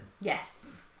Yes